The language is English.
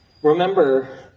Remember